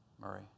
Murray